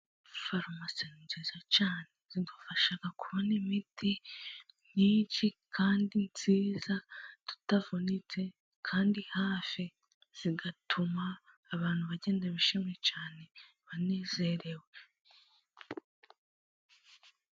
Farumasi ni nziza cyane zidufasha kubona imiti myinshi, kandi myiza tutavunitse kandi hafi zigatuma abantu bagenda bishimwe cyane banezerewe.